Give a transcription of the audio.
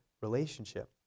relationship